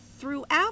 Throughout